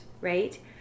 right